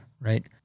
right